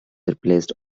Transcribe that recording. replaced